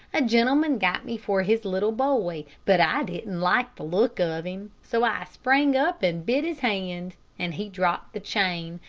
a gentleman got me for his little boy, but i didn't like the look of him, so i sprang up and bit his hand, and he dropped the chain,